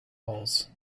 halls